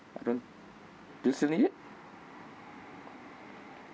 I don't do you still need it